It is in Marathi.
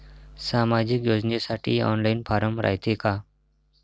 सामाजिक योजनेसाठी ऑनलाईन फारम रायते का?